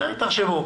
אתם תחשבו.